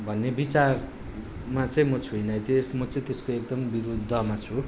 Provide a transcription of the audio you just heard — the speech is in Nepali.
भन्ने विचारमा चाहिँ म छुइनँ त्यो म चाहिँ त्यसको एकदम विरुद्धमा छु